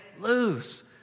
lose